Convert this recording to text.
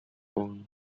own